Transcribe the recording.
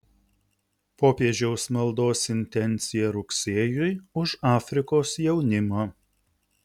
popiežiaus maldos intencija rugsėjui už afrikos jaunimą